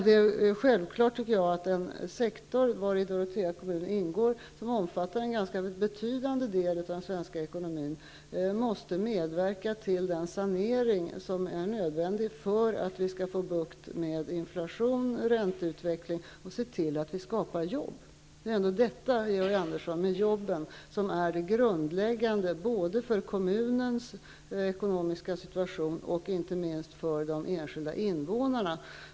Det är självklart, tycker jag, att den sektor vari Dorotea kommun ingår, som omfattar en ganska betydande del av den svenska ekonomin, måste medverka till den sanering som är nödvändig för att vi skall få bukt med inflation och ränteutveckling och se till att vi skapar jobb. Det är ändå jobben som är det grundläggande både för kommunens ekonomiska situation och, inte minst, för de enskilda invånarna.